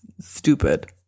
stupid